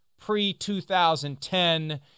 pre-2010